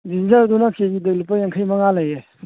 ꯖꯤꯟꯖꯔꯗꯨꯅ ꯀꯦꯖꯤꯗ ꯂꯨꯄꯥ ꯌꯥꯡꯈꯩꯃꯉꯥ ꯂꯩꯌꯦ